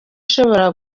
ishobora